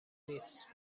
نیست